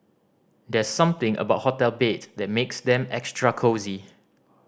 there's something about hotel bed that makes them extra cosy